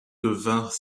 devinrent